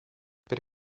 per